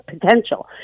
potential